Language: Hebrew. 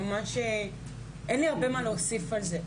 ממש אין לי הרבה מה להוסיף על זה.